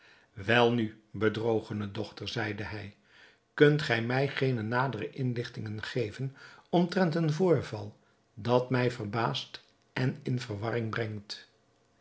welnu bedrogene dochter zeide hij kunt gij mij geene nadere inlichting geven omtrent een voorval dat mij verbaast en in verwarring brengt